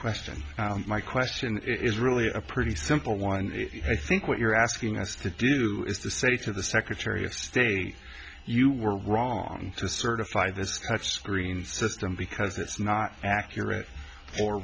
question my question is really a pretty simple one i think what you're asking us to do is to say to the secretary of state you were wrong to certify this much screen system because it's not accurate or